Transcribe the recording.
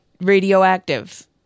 radioactive